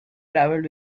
travelled